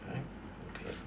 right okay